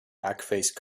backface